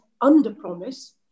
under-promise